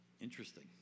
Interesting